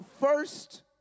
first